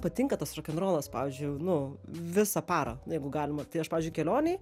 patinka tas rokenrolas pavyzdžiui nu visą parą nu jeigu galima tai aš pavyzdžiui kelionėj